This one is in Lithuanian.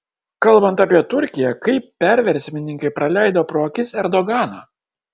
kalbant apie turkiją kaip perversmininkai praleido pro akis erdoganą